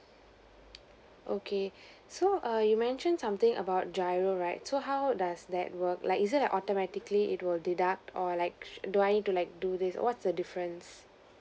okay so err you mentioned something about giro right so how does that work like is it like automatically it will deduct or like do I need to like do this what's the difference